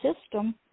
system